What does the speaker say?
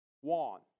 one